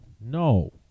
No